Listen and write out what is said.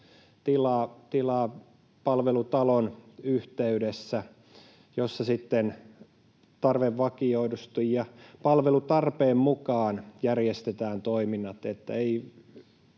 palvelutalon yhteydessä, jossa sitten tarvevakioidusti ja palvelutarpeen mukaan järjestetään toiminnat.